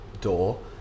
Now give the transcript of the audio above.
door